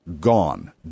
gone